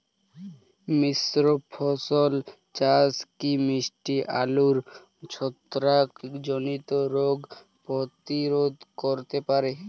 মিশ্র ফসল চাষ কি মিষ্টি আলুর ছত্রাকজনিত রোগ প্রতিরোধ করতে পারে?